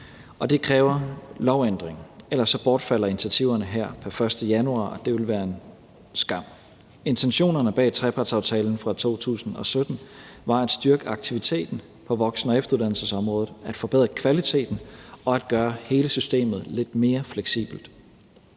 det kræver lovændringer; ellers bortfalder initiativerne her pr. 1. januar, og det ville være en skam. Intentionerne bag trepartsaftalen fra 2017 var at styrke aktiviteten på voksen- og efteruddannelsesområdet, at forbedre kvaliteten og at gøre hele systemet lidt mere fleksibelt.